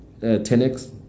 10X